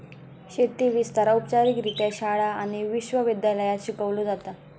शेती विस्तार औपचारिकरित्या शाळा आणि विश्व विद्यालयांत शिकवलो जाता